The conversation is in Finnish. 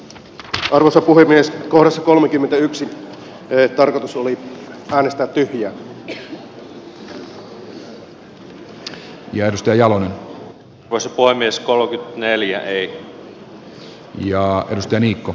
turussa puhemies kohdassa kolmekymmentäyksi löi tarkotus tiedossa olevilla päätöksillä kuten kuntien pakkoliitoksilla ja jos työviikko